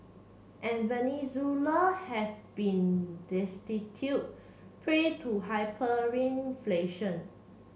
and Venezuela has been destitute prey to hyperinflation